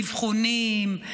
אבחונים,